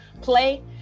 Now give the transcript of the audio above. play